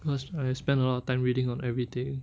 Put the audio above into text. cause I spend a lot of time reading on everything